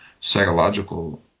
psychological